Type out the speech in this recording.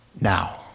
Now